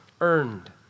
earned